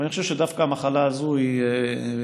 אני חושב שדווקא המחלה הזאת בידינו,